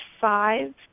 five